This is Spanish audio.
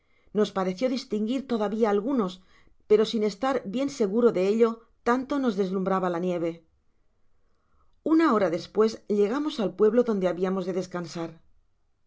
nos pareció distinguir todavía algunos pero sin estar bien seguros de ello tanto nos deslumhraba la nieve una hora despues llegamos al pueblo donde habiamos de descansar